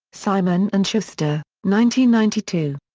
simon and schuster ninety ninety two.